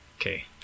Okay